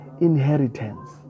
inheritance